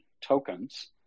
Tokens